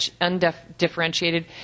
undifferentiated